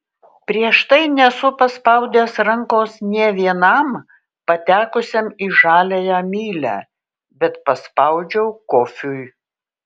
prieš tai nesu paspaudęs rankos nė vienam patekusiam į žaliąją mylią bet paspaudžiau kofiui